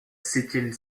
septième